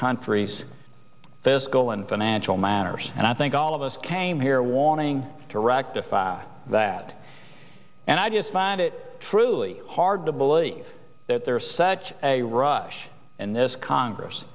country's fiscal and financial matters and i think all of us came here warning to rectify that and i just find it truly hard to believe that there is such a rush in this congress